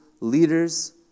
leaders